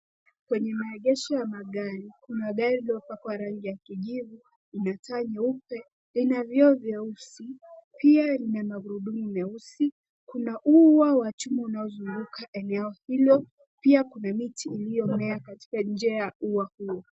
Kwenye maegesho ya magari, kuna gari lililopakwa rangi ya kijivu, lina taa nyeupe, lina vioo vyeusi, pia lina magurudumu meusi, kuna ua wa chuma unaozunguka eneo hilo, pia kuna miti iliomea katika nje ya ua huo.